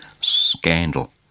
scandal